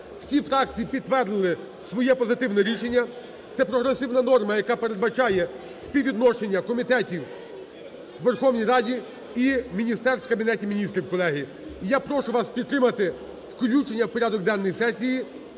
Всі фракції підтвердили своє позитивне рішення. Це прогресивна норма, яка передбачає співвідношення комітетів у Верховній Раді і міністерств у Кабінеті Міністрів, колеги. І я прошу вас підтримати включення у порядок денний для